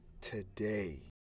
today